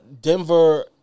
Denver